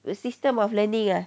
the system of learning ah